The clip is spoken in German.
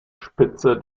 spitze